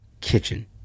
kitchen